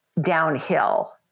downhill